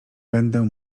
będę